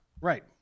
Right